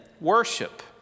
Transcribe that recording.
worship